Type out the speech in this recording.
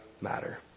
matter